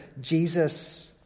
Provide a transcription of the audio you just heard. Jesus